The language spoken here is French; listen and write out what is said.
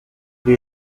les